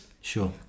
sure